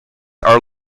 are